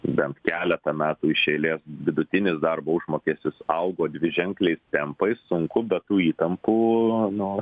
bent keletą metų iš eilės vidutinis darbo užmokestis augo dviženkliais tempais sunku be tų įtampų nu